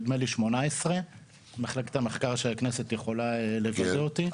נדמה לי 18. מחלקת המחקר של הכנסת יכולה לוודא אותי.